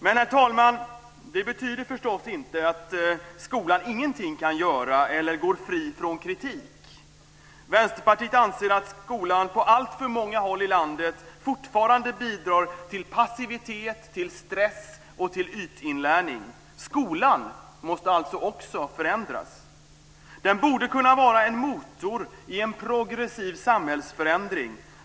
Men, herr talman, det betyder förstås inte att skolan ingenting kan göra eller går fri från kritik. Vänsterpartiet anser att skolan på alltför många håll i landet fortfarande bidrar till passivitet, stress och ytinlärning. Skolan måste alltså också förändras. Den borde kunna vara en motor i en progressiv samhällsförändring.